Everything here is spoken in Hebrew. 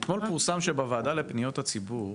אתמול פורסם שבוועדה לפניות הציבור